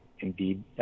Indeed